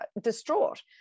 distraught